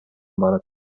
барат